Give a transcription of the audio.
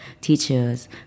teachers